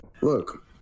Look